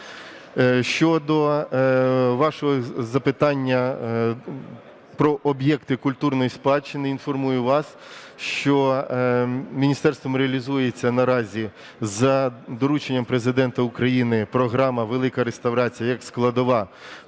Щодо вашого запитання про об'єкти культурної спадщини, інформую вас, що міністерством реалізується наразі за дорученням Президента України програма "Велика реставрація" як складова